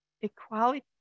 equality